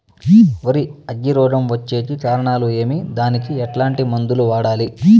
వరి అగ్గి రోగం వచ్చేకి కారణాలు ఏమి దానికి ఎట్లాంటి మందులు వాడాలి?